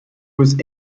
was